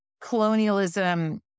colonialism